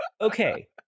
Okay